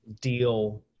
deal